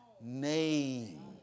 name